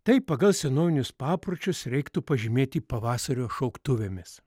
taip pagal senovinius papročius reiktų pažymėti pavasario šauktuvėmis